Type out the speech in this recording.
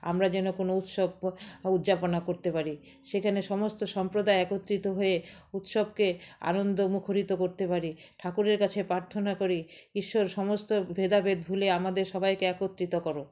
আমরা যেন কোনো উৎসব উদযাপনা করতে পারি সেখানে সমস্ত সম্প্রদায় একত্রিত হয়ে উৎসবকে আনন্দ মুখরিত করতে পারি ঠাকুরের কাছে প্রার্থনা করি ঈশ্বর সমস্ত ভেদাভেদ ভুলে আমাদের সবাইকে একত্রিত করো